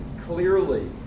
clearly